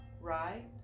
Right